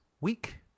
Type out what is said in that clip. week